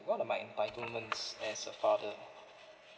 what are my entitlements as a father